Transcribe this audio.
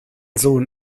sohn